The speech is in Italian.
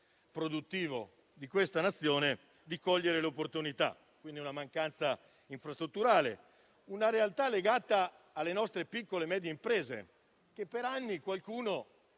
produttivo di questa Nazione - di cogliere le opportunità, per una mancanza infrastrutturale. È una realtà legata alle nostre piccole medie imprese, che da anni qualcuno